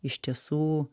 iš tiesų